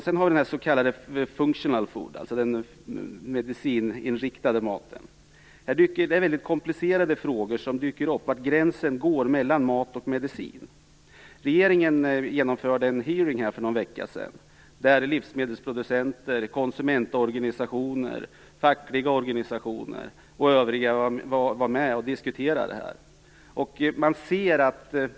Så har vi functional foods, alltså mat som gränsar till medicin. Här dyker det upp väldigt komplicerade frågor om var gränsen mellan mat och medicin går. Regeringen genomförde en hearing för någon vecka sedan där livsmedelsproducenter, konsumentorganisationer, fackliga organisationer och andra var med och diskuterade detta.